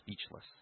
speechless